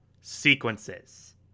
sequences